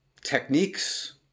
techniques